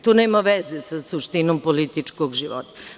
To nema veze sa suštinom političkog života.